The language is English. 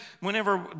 whenever